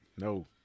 No